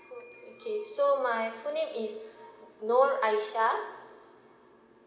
okay so my full name is nur aisha